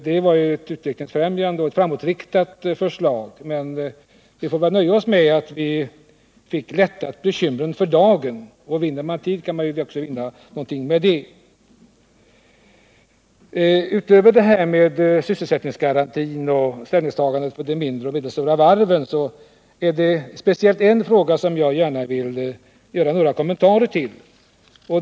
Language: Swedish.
Det var ju ett utvecklingsfrämjande och framåtriktat förslag, men vi får väl nöja oss med att vi fick bekymren för dagen att lätta — vinner man tid, vinner man kanske något. Utöver sysselsättningsgarantin och ställningstagandet för de mindre och medelstora varven är det speciellt en fråga till som jag gärna vill kommentera något.